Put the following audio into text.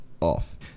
off